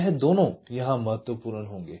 यह दोनों यहां महत्वपूर्ण होंगे